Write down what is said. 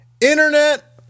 Internet